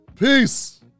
Peace